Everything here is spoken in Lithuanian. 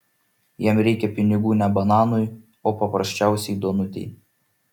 jam reikia pinigų ne bananui o paprasčiausiai duonutei